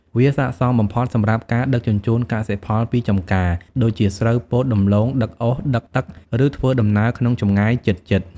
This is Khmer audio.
វាស័ក្តិសមបំផុតសម្រាប់ការ ដឹកជញ្ជូនកសិផលពីចម្ការ ដូចជាស្រូវ ពោត ដំឡូង ដឹកអុស ដឹកទឹក ឬធ្វើដំណើរក្នុងចម្ងាយជិតៗ ។